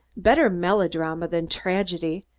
better melodrama than tragedy,